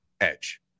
edge